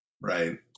Right